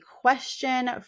question